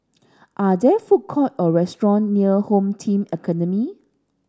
are there food court or restaurant near Home Team Academy